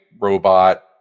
robot